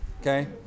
Okay